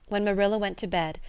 when marilla went to bed,